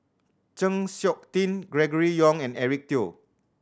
Chng Seok Tin Gregory Yong and Eric Teo